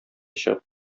чыгып